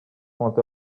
front